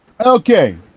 Okay